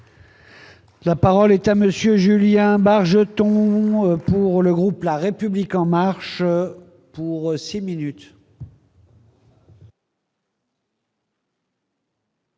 La parole est à monsieur Julia, un Bargeton pour le groupe, la République en marche pour 6 minutes.